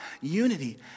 unity